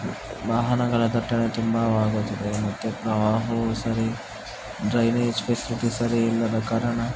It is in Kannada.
ವಾಹನಗಳ ದಟ್ಟಣೆ ತುಂಬಾವಾಗುತ್ತದೆ ಮತ್ತು ಪ್ರವಾಹವೂ ಸರಿ ಡ್ರೈನೇಜ್ ಫೆಸ್ಲಿಟಿ ಸರಿ ಇಲ್ಲದ ಕಾರಣ